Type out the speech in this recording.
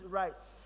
right